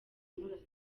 amurasa